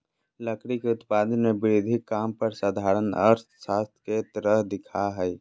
लकड़ी के उत्पादन में वृद्धि काम पर साधारण अर्थशास्त्र के तरह दिखा हइ